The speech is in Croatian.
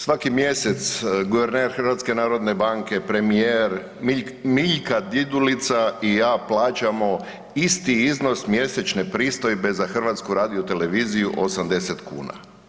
Svaki mjesec guverner HNB, premijer, Miljka Didulica i ja plaćamo isti iznos mjesečne pristojbe za HRT 80 kuna.